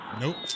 Nope